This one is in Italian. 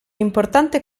importante